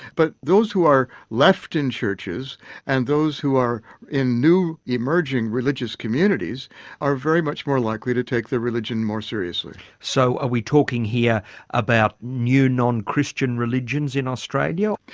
but those who are left in churches and those who are in new emerging religious communities are very much more likely to take their religion more seriously. so are we talking here about new non-christian religions in australia?